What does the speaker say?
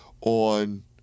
on